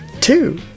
two